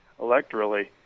electorally